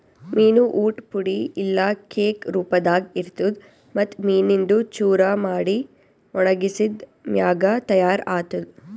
ಮೀನು ಊಟ್ ಪುಡಿ ಇಲ್ಲಾ ಕೇಕ್ ರೂಪದಾಗ್ ಇರ್ತುದ್ ಮತ್ತ್ ಮೀನಿಂದು ಚೂರ ಮಾಡಿ ಒಣಗಿಸಿದ್ ಮ್ಯಾಗ ತೈಯಾರ್ ಆತ್ತುದ್